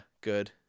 good